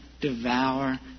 devour